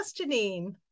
Janine